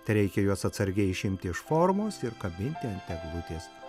tereikia juos atsargiai išimti iš formos ir kabinti ant eglutės